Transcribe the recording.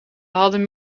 hadden